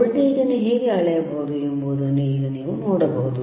voltage ಅನ್ನು ಹೇಗೆ ಅಳೆಯಬಹುದು ಎಂಬುದನ್ನು ಈಗ ನೀವು ನೋಡಬಹುದು